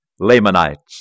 Lamanites